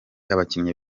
abakinnyi